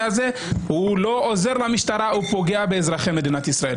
הזה הוא לא עוזר למשטרה אלא הוא פוגע באזרחי מדינת ישראל